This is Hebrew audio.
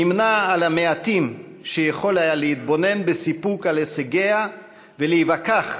נמנה עם המעטים שיכולים היו להתבונן בסיפוק על הישגיה ולהיווכח